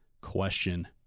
question